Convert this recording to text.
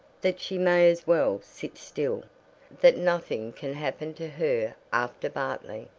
that she may as well sit still that nothing can happen to her after bartley.